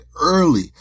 early